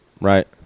right